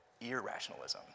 irrationalism